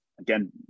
again